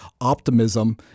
optimism